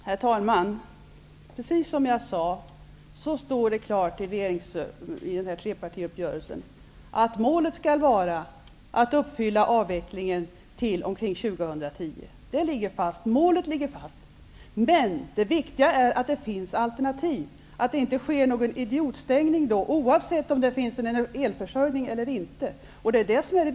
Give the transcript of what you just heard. Herr talman! Precis som jag sade står det klart i trepartiuppgörelsen att målet skall vara att avvecklingen skall vara slutförd till omkring år 2010. Målet ligger fast. Men det viktiga är att det finns alternativ och att det inte sker någon idiotavstängning, oavsett om det finns någon elförsörjning eller inte.